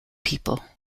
people